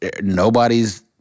nobody's